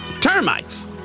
termites